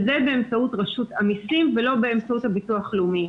והיא באמצעות רשות המיסים ולא באמצעות הביטוח הלאומי.